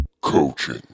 coaching